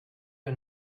her